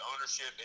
ownership